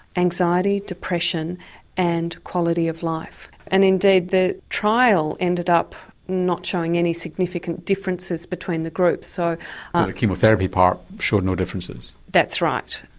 anxiety, depression and quality of life. and indeed, the trial ended up not showing any significant differences between the groups. the so chemotherapy part showed no differences? that's right.